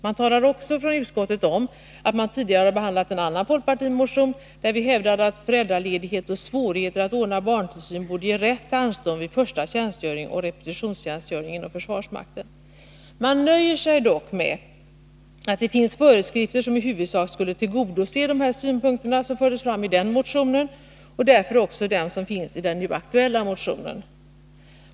Man talar också om att utskottet tidigare har behandlat en annan folkpartimotion, där vi hävdade att föräldraledighet och svårighet att ordna barntillsyn borde ge rätt till anstånd vid första tjänstgöring och repetitionstjänstgöring inom försvarsmakten. Utskottet nöjer sig dock med att det finns föreskrifter som i huvudsak skulle tillgodose de synpunkter som fördes fram i den motionen och därför också dem som finns i den nu aktuella motionen.